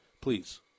Please